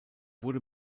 wurde